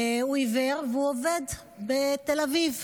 הוא עיוור, והוא עובד בתל אביב.